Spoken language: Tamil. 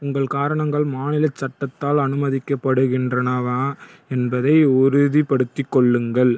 உங்கள் காரணங்கள் மாநிலச் சட்டத்தால் அனுமதிக்கப்படுகின்றனவா என்பதை உறுதிப்படுத்திக் கொள்ளுங்கள்